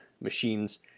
machines